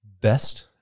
best